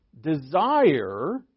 Desire